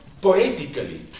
poetically